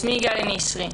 שמי גלי נשרי.